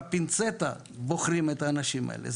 בפינצטה בוחרים את האנשים האלה.